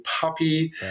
puppy